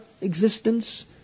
existence